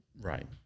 right